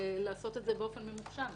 לעשות את זה באופן ממוחשב.